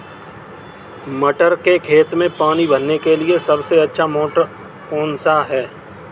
मटर के खेत में पानी भरने के लिए सबसे अच्छा मोटर कौन सा है?